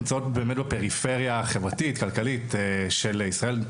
הן נמצאות בפריפריה הכלכלת-חברתית של ישראל,